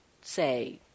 say